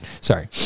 sorry